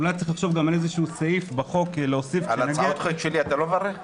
על הצעות החוק שלי אתה לא מברך?